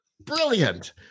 brilliant